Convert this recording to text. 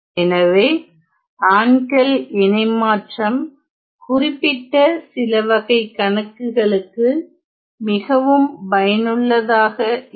எனவே ஆன்கெல் இணைமாற்றம் குறிப்பிட்ட சில வகை கணக்குகளுக்கு மிகவும் பயனுள்ளதாக இருக்கும்